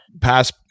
pass